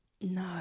no